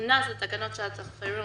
הוכנס לתקנות שעת חירום